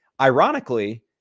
Ironically